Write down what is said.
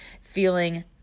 feeling